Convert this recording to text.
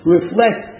reflect